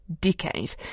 decade